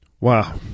Wow